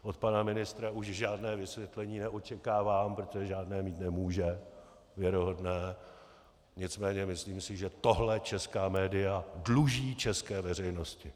Od pana ministra už žádné vysvětlení neočekávám, protože žádné mít nemůže, věrohodné, nicméně si myslím, že tohle česká média dluží české veřejnosti.